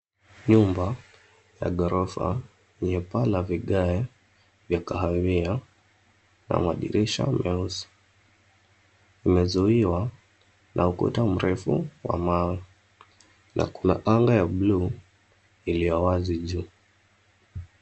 Nyumba ya ghorofa yenye paa la vigae vya kahawia na madirisha meusi. Umezuiwa na ukuta mrefu wa mawe na kuna anga ya buluu iliyowazi juu.